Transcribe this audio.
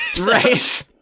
Right